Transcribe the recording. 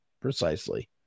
precisely